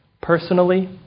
Personally